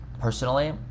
Personally